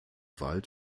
wald